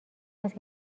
است